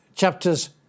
Chapters